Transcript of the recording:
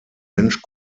mensch